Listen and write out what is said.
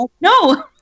no